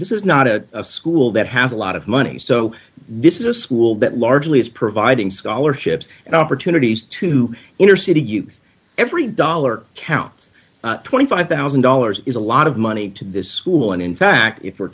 this is not a school that has a lot of money so this is a school that largely is providing scholarships and opportunities to inner city youth every dollar counts twenty five thousand dollars is a lot of money to this school and in fact if we're